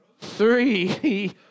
three